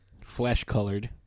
flesh-colored